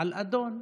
על "אדון",